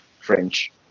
French